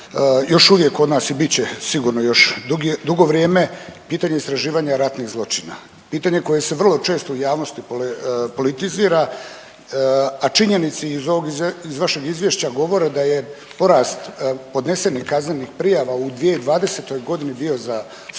još uvijek kod nas i bit će sigurno još dugo vrijeme, pitanja istraživanja ratnih zločina. Pitanje koje se vrlo često u javnosti politizira, a činjenici iz ovog, iz vašeg izvješća govore da je porast podnesenih kaznenih prijava u 2020. godini bio za 150%